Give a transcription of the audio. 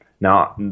Now